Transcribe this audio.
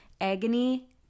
agony